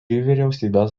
vyriausybės